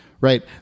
Right